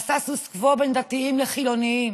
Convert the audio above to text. הסטטוס קוו בין דתיים לחילונים,